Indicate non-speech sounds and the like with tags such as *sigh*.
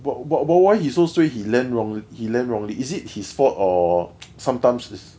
what what what why he so suay he land he land wrongly is it his fault or *noise* sometimes is